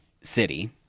City